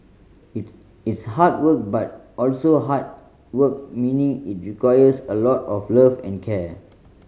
it's it's hard work but also heart work meaning it requires a lot of love and care